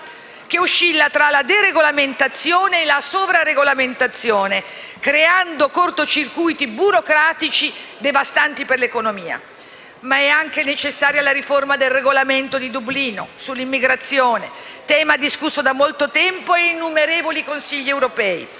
che oscilla tra la deregolamentazione e la sovraregolamentazione, creando cortocircuiti burocratici devastanti per l'economia. Ma è anche necessaria la riforma del regolamento di Dublino sull'immigrazione, tema discusso da molto tempo e da innumerevoli Consigli europei.